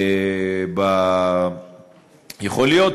יכול להיות,